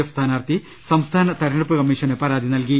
F സ്ഥാനാർഥി സംസ്ഥാന തെരഞ്ഞെടുപ്പു കമ്മിഷന് പരാതി നല്കി